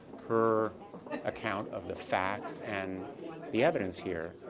her account of the facts, and the evidence here.